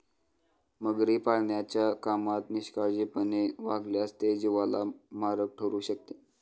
मगरी पाळण्याच्या कामात निष्काळजीपणाने वागल्यास ते जीवाला मारक ठरू शकते